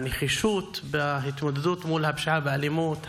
הנחישות בהתמודדות מול הפשיעה והאלימות,